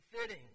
fitting